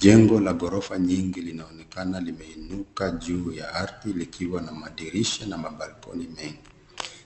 Jengo la ghorofa nyingi linaonekana limeinuka juu ya ardhi likiwa na madirisha na mabalkoni mengi.